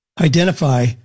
Identify